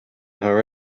her